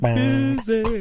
busy